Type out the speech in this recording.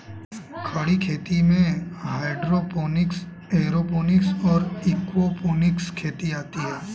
खड़ी खेती में हाइड्रोपोनिक्स, एयरोपोनिक्स और एक्वापोनिक्स खेती आती हैं